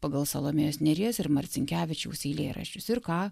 pagal salomėjos nėries ir marcinkevičiaus eilėraščius ir ką